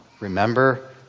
remember